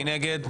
מי נגד?